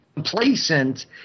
complacent